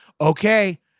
okay